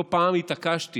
לא פעם התעקשתי,